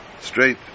straight